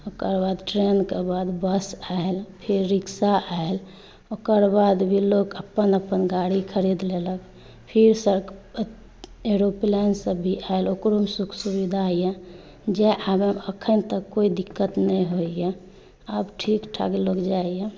ओकर बाद ट्रेनके बाद बस आयल फेर रिक्शा आयल ओकर बाद भी लोक अपन अपन गाड़ी खरीद लेलक फेर एरोप्लेन सब भी आयल ओकरो सुख सुविधा यऽ जे आब एखन तक कोइ दिक्कत नहि होइए आब ठीक ठाक लोग जाइ यऽ